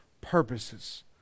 purposes